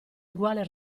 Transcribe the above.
eguale